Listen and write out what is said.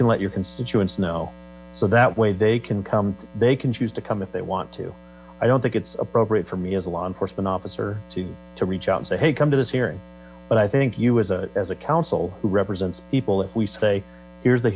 can let your constituents know so that way they can come they can choose to come if they want to i don't think it's appropriate for me as a law enforcement officer to to reach out and say hey come to this hearing but i think you as a counsel who represents people if we say here's the